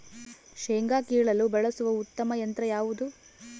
ಶೇಂಗಾ ಕೇಳಲು ಬಳಸುವ ಉತ್ತಮ ಯಂತ್ರ ಯಾವುದು?